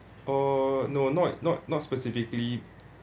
oh no not not not specifically